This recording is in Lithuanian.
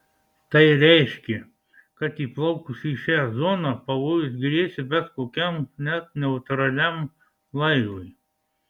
tai reiškė kad įplaukus į šią zoną pavojus grėsė bet kokiam net neutraliam laivui